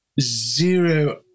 zero